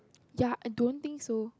ya I don't think so